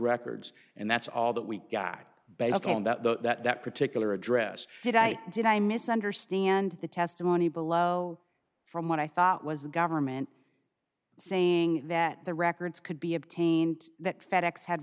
records and that's all that we guy based on that the that particular address did i did i misunderstand the testimony below from what i thought was the government saying that the records could be obtained that fedex had